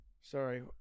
Sorry